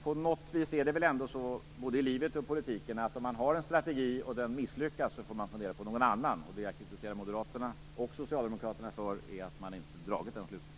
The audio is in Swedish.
På något vis är det väl så både i politiken och i livet att om man har en strategi och den misslyckas, får man fundera på någon annan. Det jag kritiserar moderaterna och socialdemokraterna för är att man inte dragit den slutsatsen.